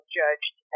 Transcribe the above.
judged